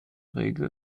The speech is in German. regel